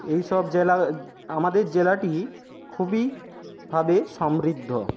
এই সব জেলা আমাদের জেলাটি খুবইভাবে সমৃদ্ধ